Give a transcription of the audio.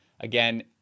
again